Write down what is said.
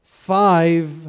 Five